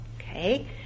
Okay